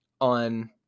on